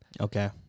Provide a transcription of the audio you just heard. Okay